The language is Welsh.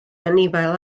anifail